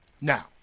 Now